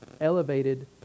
elevated